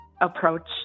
approach